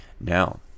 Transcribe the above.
Now